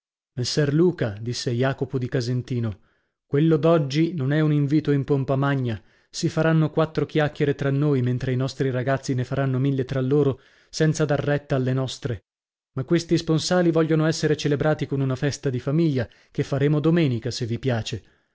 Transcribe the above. credi messer luca disse jacopo di casentino quello d'oggi non è un invito in pompa magna si faranno quattro chiacchiere tra noi mentre i nostri ragazzi ne faranno mille tra loro senza dar retta alle nostre ma questi sponsali vogliono essere celebrati con una festa di famiglia che faremo domenica se vi piace